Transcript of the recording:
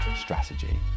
strategy